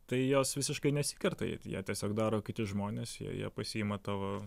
tai jos visiškai nesikerta ją tiesiog daro kiti žmonės jie jie pasiima tavo